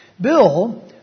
Bill